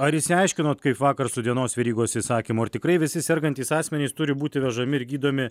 ar išsiaiškinot kaip vakar su dienos verygos įsakymu ar tikrai visi sergantys asmenys turi būti vežami ir gydomi